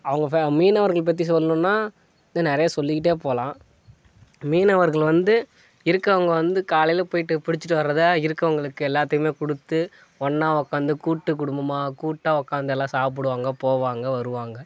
அவங்க ஃபே மீனவர்கள் பற்றி சொல்லணுனா இன்னும் நிறைய சொல்லிகிட்டே போகலாம் மீனவர்கள் வந்து இருக்கவங்க வந்து காலையில் போயிவிட்டு பிடிச்சிட்டு வர்றதை இருக்கவங்களுக்கு எல்லாத்துக்குமே கொடுத்து ஒன்னாக உக்காந்து கூட்டு குடும்பமாக கூட்டாக உக்காந்தெல்லாம் சாப்பிடுவாங்க போவாங்க வருவாங்க